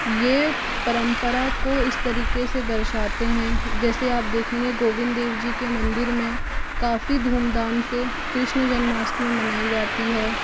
यह परंपरा को इस तरीके से दर्शाते हैं जैसे आप देखेंगे गोविंद देव जी के मंदिर में काफी धूम धाम से कृष्ण जन्माष्टमी मनाई जाती है